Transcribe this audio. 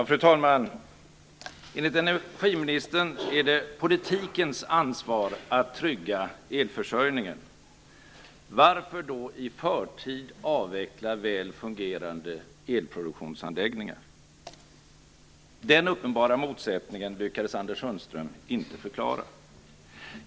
Fru talman! Enligt energiministern är det politikens ansvar att trygga elförsörjningen. Varför då i förtid avveckla väl fungerande elproduktionsanläggningar? Den uppenbara motsättningen lyckades Anders Sundström inte förklara.